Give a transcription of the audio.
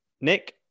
Nick